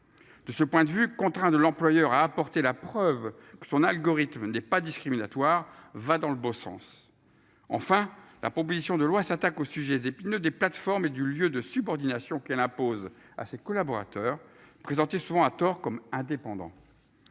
De ce point de vue contraint de l'employeur a apporté la preuve que son algorithme n'est pas discriminatoire va dans le bon sens. Enfin la proposition de loi s'attaque au sujet épineux des plateformes et du lieu de subordination qu'elle impose à ses collaborateurs présenté souvent à tort comme indépendant.